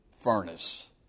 furnace